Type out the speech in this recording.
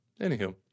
Anywho